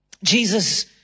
Jesus